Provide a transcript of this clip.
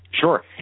Sure